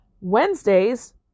Wednesdays